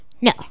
No